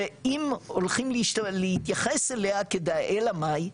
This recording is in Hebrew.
ואם הולכים להתייחס אליה כדאי, אלא מה היא?